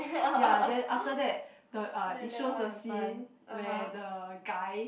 ya then after that the uh it shows a scene where the guy